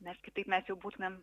nes kitaip mes jau būtumėm